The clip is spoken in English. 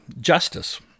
Justice